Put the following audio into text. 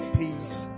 peace